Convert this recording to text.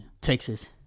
Texas